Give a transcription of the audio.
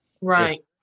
Right